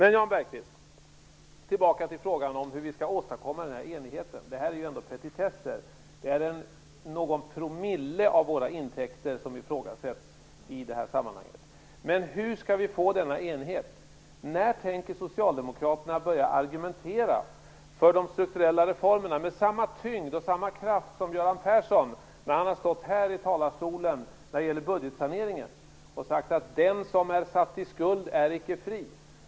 Men låt oss gå tillbaka till frågan hur vi skall åstadkomma den här enigheten, Jan Bergqvist. Detta är ju ändå petitesser. Det är någon promille av våra intäkter som ifrågasätts i det här sammanhanget. Men hur skall vi få denna enighet? När tänker Socialdemokraterna börja argumentera för de strukturella reformerna med samma tyngd och samma kraft som Göran Persson när han har stått här i talarstolen och talat om budgetsaneringen och sagt att den som är satt i skuld är icke fri?